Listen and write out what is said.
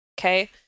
okay